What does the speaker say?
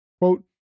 Quote